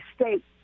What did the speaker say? state